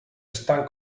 están